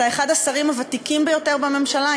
אתה אחד השרים הוותיקים ביותר בממשלה,